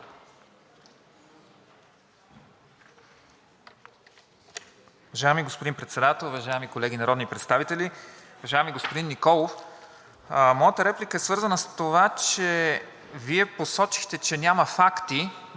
Уважаеми господин Председател, уважаеми колеги народни представители! Уважаеми господин Николов, моята реплика е свързана с това, че Вие посочихте, че няма факти,